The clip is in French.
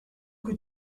que